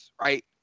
right